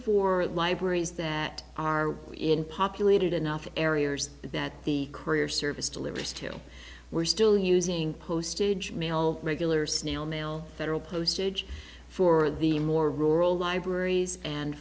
for libraries that are in populated enough carriers that the courier service delivery still we're still using postage mail regular snail mail federal postage for the more rural libraries and